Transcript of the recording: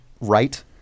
right